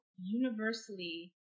Universally